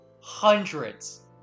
hundreds